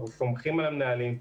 אנחנו סומכים על המנהלים,